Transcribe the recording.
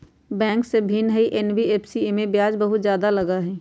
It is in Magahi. बैंक से भिन्न हई एन.बी.एफ.सी इमे ब्याज बहुत ज्यादा लगहई?